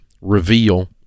reveal